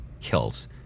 kills